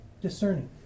discerning